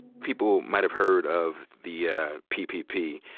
people might have heard of the yeah ppp,